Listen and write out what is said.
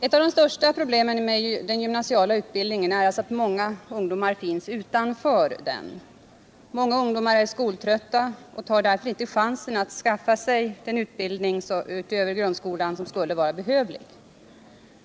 Ett av de största problemen med den gymnasiala utbildningen är att så många ungdomar finns utanför den. Många ungdomar är skoltrötta och tar därför inte chansen till att skaffa sig den utbildning utöver grundskolan som skulle vara behövlig.